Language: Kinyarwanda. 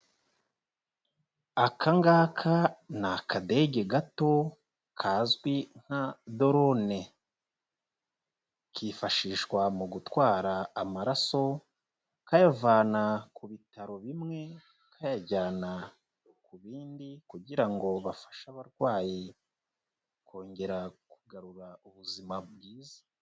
Aka ngaka ni akadege gato kazwi nka Dorone, kifashishwa mu gutwara amaraso kayavana ku bitaro bimwe, kayajyana ku bindi kugira ngo bafashe abarwayi kongera kugarura ubuzima bwiza.